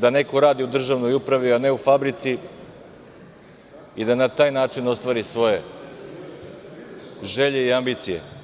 da neko radi u državnoj upravi, a ne u fabrici, i da na taj način ostvari svoje želje i ambicije.